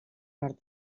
nord